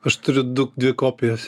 aš turiu du dvi kopijas